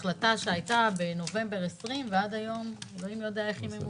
החלטה שהייתה בנובמבר 2020 ועד היום אלוהים יודע איך היא ממומשת.